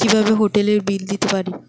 কিভাবে হোটেলের বিল দিতে পারি?